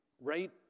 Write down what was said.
right